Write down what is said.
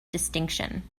distinction